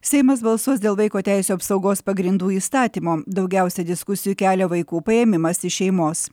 seimas balsuos dėl vaiko teisių apsaugos pagrindų įstatymo daugiausia diskusijų kelia vaikų paėmimas iš šeimos